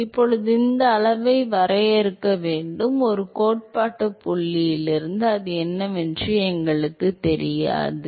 நாம் இப்போது இந்த அளவை வரையறுக்க வேண்டும் ஒரு கோட்பாட்டு புள்ளியில் இருந்து அது என்னவென்று எங்களுக்குத் தெரியாது